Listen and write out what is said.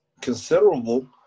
considerable